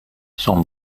sont